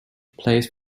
place